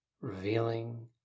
revealing